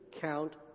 count